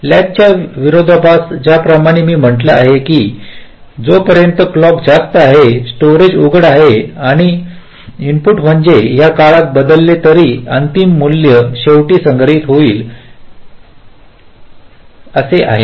लॅचच्या विरोधाभास ज्याप्रमाणे मी म्हटलं आहे की जोपर्यंत क्लॉक जास्त आहे स्टोरेज उघडे आहे आणि इनपुट म्हणजे मी या काळात बदलले तरी अंतिम मूल्य शेवटी संग्रहित होईल ठीक आहे